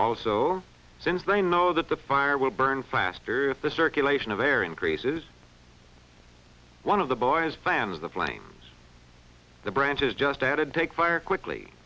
also since they know that the fire will burn faster if the circulation of air increases one of the boys fans the flames the branches just added take fire quickly